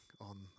on